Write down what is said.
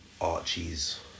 Archie's